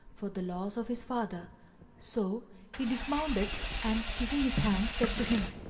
for the loss of his father so he dismounted and kissing his hand said to him,